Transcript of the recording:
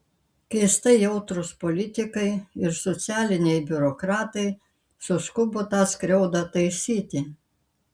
keistai jautrūs politikai ir socialiniai biurokratai suskubo tą skriaudą taisyti